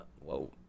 whoa